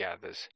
gathers